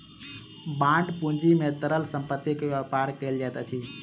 bond पूंजी में तरल संपत्ति के व्यापार कयल जाइत अछि